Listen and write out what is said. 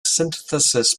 synthesis